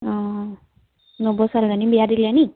অ নবৌৰ ছোৱালীজনী বিয়া দিলে নি